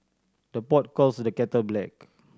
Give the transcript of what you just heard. the pot calls the kettle black